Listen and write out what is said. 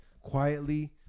quietly